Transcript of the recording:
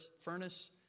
furnace